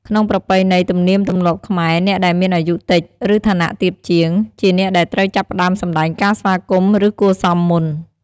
ក្នុងប្រពៃណី ទំនៀមទម្លាប់ខ្មែរ អ្នកដែលមានអាយុតិច ឬឋានៈទាបជាង ជាអ្នកដែលត្រូវចាប់ផ្ដើមសម្ដែងការស្វាគមន៍ ឬគួរសមមុន។